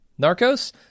Narcos